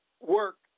work